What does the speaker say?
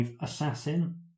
assassin